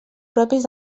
propis